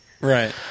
right